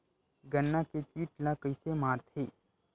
गन्ना के कीट ला कइसे मारथे?